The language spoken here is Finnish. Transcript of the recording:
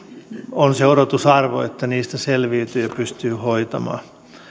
on se odotusarvo että niistä selviytyy ja ne pystyy hoitamaan